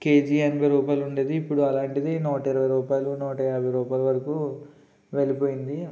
KG ఎనభై రూపాయలు ఉండేది ఇప్పుడు అలాంటిది నూట ఇరవై రూపాయలు నూట యాభై రూపాయల వరకు వెళ్ళిపోయింది